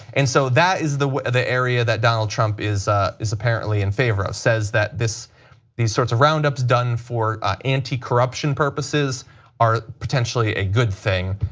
and so that is the the area that donald trump is ah is apparently in favor of, says that these sorts of roundups done for anticorruption purposes are potentially a good thing.